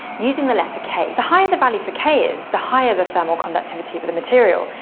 using the letter k. the higher the value for k is, the higher the thermal conductivity of of the material,